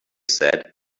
said